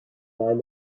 mine